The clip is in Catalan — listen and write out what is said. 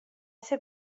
ser